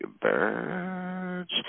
birds